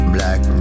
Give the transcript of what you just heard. Black